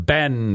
Ben